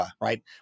right